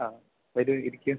ആ വരൂ ഇരിക്കൂ